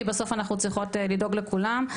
כי בסוף אנחנו צריכות לדאוג לכולם.